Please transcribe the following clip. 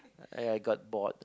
I I got bored